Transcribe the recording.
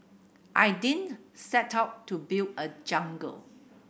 I ding set out to build a jungle